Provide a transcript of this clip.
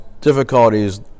difficulties